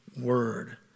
word